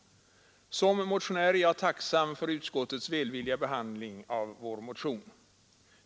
Som motionär är jag tacksam för utskottets välvilliga behandling av vår motion.